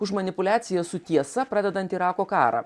už manipuliacijas su tiesa pradedant irako karą